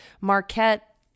Marquette